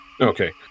Okay